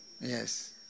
Yes